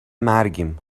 مرگیم